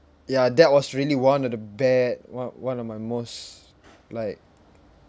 ya that was really one of the bad one one of my most like